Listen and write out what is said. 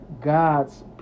god's